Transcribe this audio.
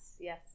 yes